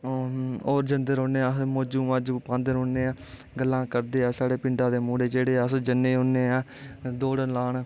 होर जंदे रौह्ने अस मौजू जादू पांदे रौह्ने गल्लां करदे साढ़े पिंडा दे मुड़े अस जंदे हने ऐं दौड़ लान